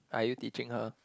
are you teaching her